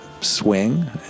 swing